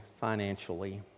financially